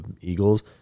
Eagles